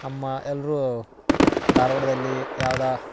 ನಮ್ಮ ಎಲ್ಲರು ಧಾರ್ವಾಡ್ದಲ್ಲಿ ಯಾವ್ದು